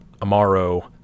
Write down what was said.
Amaro